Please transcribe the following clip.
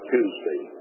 Tuesday